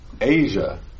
Asia